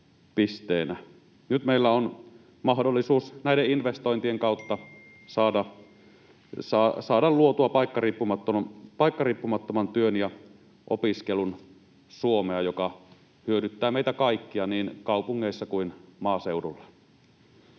Nyt meillä on mahdollisuus näiden investointien kautta saada luotua paikkariippumattoman työn ja opiskelun Suomea, joka hyödyttää meitä kaikkia niin kaupungeissa kuin maaseudulla.